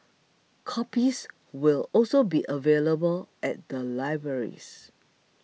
copies will also be available at the libraries